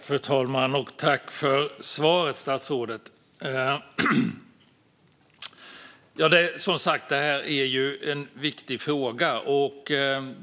Fru talman! Tack för svaret, statsrådet! Det är som sagt en viktig fråga.